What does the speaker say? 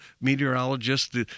meteorologists